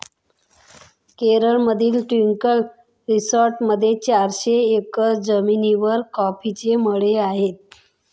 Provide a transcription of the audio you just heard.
केरळमधील ट्रँक्विल रिसॉर्टमध्ये चारशे एकर जमिनीवर कॉफीचे मळे आहेत